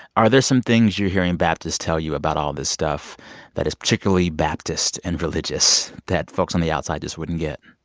are there some things you're hearing baptists tell you about all this stuff that is particularly baptist and religious that folks on the outside just wouldn't get?